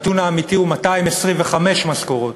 הנתון האמיתי הוא 225 משכורות,